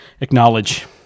acknowledge